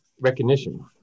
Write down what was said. recognition